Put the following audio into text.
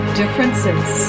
differences